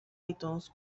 itunes